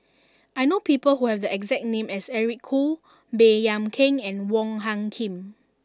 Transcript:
I know people who have the exact name as Eric Khoo Baey Yam Keng and Wong Hung Khim